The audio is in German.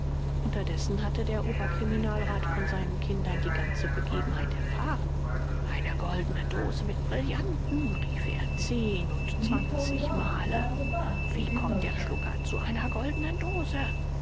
unterdessen hatte der oberkriminalrat von seinen kindern die ganze begebenheit erfahren eine goldene dose mit brillanten rief er zehn und zwanzigmale wie kommt der schlucker zu einer goldenen dose